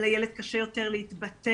לילד קשה יותר להתבטא.